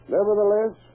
Nevertheless